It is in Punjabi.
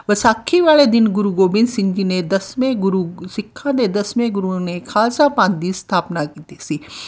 ਵਿਸਾਖੀ ਵਾਲੇ ਦਿਨ ਗੁਰੂ ਗੋਬਿੰਦ ਸਿੰਘ ਜੀ ਨੇ ਦਸਵੇਂ ਗੁਰੂ ਸਿੱਖਾਂ ਦੇ ਦਸਵੇਂ ਗੁਰੂ ਨੇ ਖਾਲਸਾ ਪੰਥ ਦੀ ਸਥਾਪਨਾ ਕੀਤੀ ਸੀ